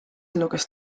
luges